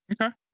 Okay